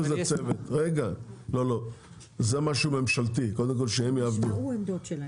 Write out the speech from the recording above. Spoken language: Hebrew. זה משהו ממשלתי, קודם כל שהם יעבדו.